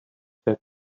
said